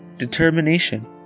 determination